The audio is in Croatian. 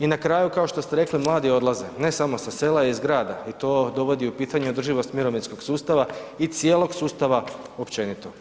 I na kraju kao što ste rekli mladi odlaze, ne samo sa sela i iz grada i to dovodi u pitanje održivost mirovinskog sustava i cijelog sustava općenito.